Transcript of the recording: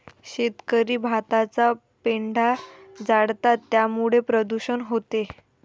शेतकरी भाताचा पेंढा जाळतात त्यामुळे प्रदूषण होते